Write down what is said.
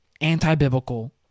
anti-biblical